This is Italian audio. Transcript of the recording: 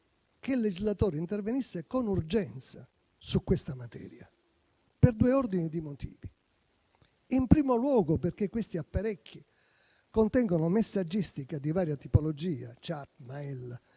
che il legislatore intervenisse con urgenza su questa materia, per due ordini di motivi. In primo luogo perché questi apparecchi contengono messaggistica di varia tipologia - *chat*, *mail*